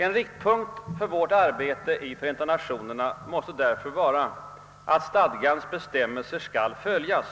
En riktpunkt för vårt arbete inom Förenta Nationerna måste därför vara att stadgans bestämmelse skall följas